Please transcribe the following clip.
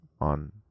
on